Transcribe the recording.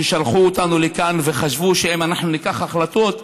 ששלחו אותנו לכאן וחשבו שאם אנחנו נקבל החלטות,